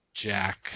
Jack